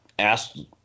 asked